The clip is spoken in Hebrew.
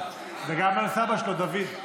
וגם על סבא שלו דוד.